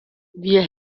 wir